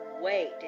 wait